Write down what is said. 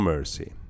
Mercy